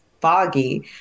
foggy